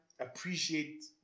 Appreciate